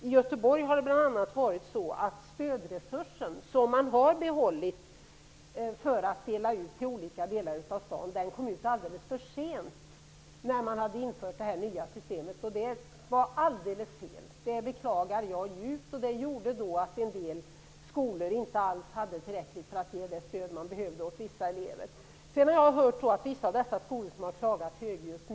I Göteborg har det bl.a. varit så att stödresursen, som man har behållit för att dela ut i olika delar av staden, kom alldeles för sent när det nya systemet hade införts. Det var helt fel, och jag beklagar det djupt. Det innebar att en del skolor inte alls hade tillräckligt för att kunna ge det stöd som vissa elever behövde. Jag har sedan hört att vissa av dessa skolor har klagat högljutt.